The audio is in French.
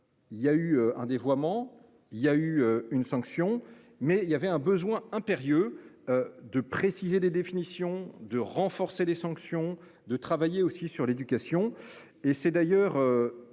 Il y a eu un dévoiement. Il y a eu une sanction mais il y avait un besoin impérieux. De préciser des définitions de renforcer les sanctions de travailler aussi sur l'éducation et c'est d'ailleurs